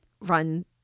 run